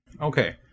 Okay